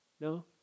No